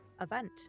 event